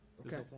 Okay